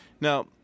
Now